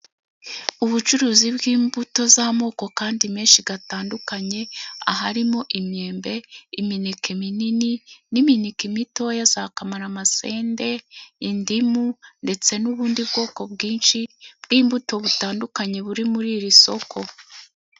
Ubucuruzi bw'imbuto z'amoko kandi menshi atandukanye harimo imyembe, imineke minini n'imineke mitoya za kamaramasenge, indimu ndetse n'ubundi bwoko bwinshi, bw'imbuto butandukanye buri muri iri soko.